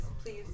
please